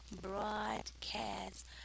Broadcast